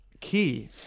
Key